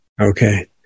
Okay